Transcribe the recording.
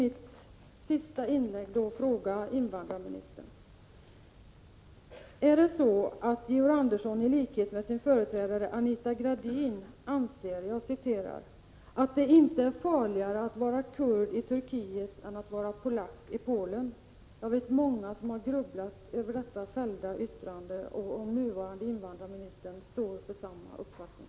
Till sist vill jag fråga invandrarministern: Anser Georg Andersson, i likhet med sin företrädare Anita Gradin, att det inte är farligare att vara kurd i Turkiet än att vara polack i Polen? Jag vet många som har grubblat över detta yttrande och som undrar om den nuvarande invandrarministern står för samma uppfattning.